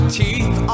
teeth